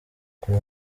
kuva